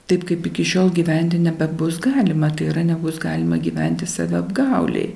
taip kaip iki šiol gyventi nebebus galima tai yra nebus galima gyventi saviapgaulėj